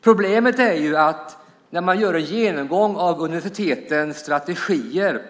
Problemet är att när man gör en genomgång av universitetens strategier